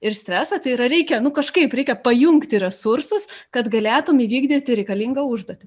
ir stresą tai yra reikia nu kažkaip reikia pajungti resursus kad galėtum įvykdyti reikalingą užduotį